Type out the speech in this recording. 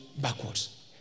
backwards